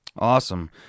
Awesome